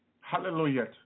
hallelujah